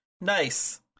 Nice